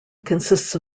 consists